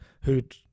who'd